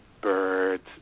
birds